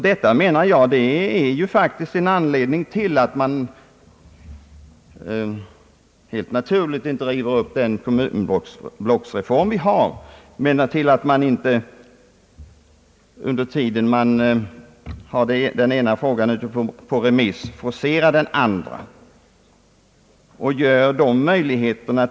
Detta utgör faktiskt, menar jag, en anledning till att naturligtvis inte riva upp den kommunblocksreform vi har, men till att inte heller forcera sammanläggningen eller vidtaga ny lagstiftning medan länsdemokratiutredningens förslag remissbehandlas.